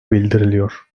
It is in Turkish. bildiriliyor